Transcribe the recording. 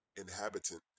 inhabitant